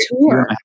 tour